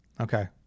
Okay